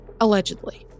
Allegedly